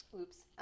oops